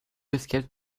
escapes